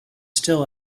still